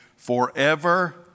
Forever